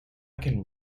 can